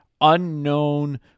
unknown